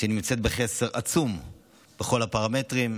שנמצאת בחסר עצום בכל הפרמטרים: